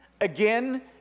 Again